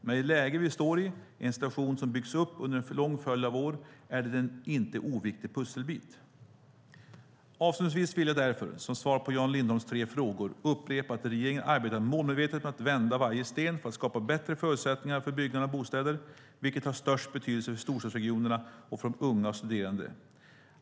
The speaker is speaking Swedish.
Men i det läge vi står i, en situation som byggts upp under en lång följd av år, är det en inte oviktig pusselbit. Avslutningsvis vill jag därför, som svar på Jan Lindholms tre frågor, upprepa att regeringen arbetar målmedvetet med att vända på varje sten för att skapa bättre förutsättningar för byggande av bostäder, vilket har störst betydelse för storstadsregionerna och för unga och studerande.